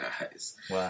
guys